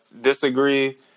disagree